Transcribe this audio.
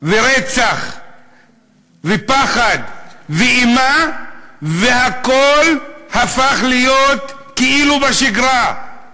ורצח ופחד ואימה, והכול הפך להיות כאילו שגרה.